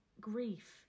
grief